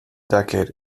decade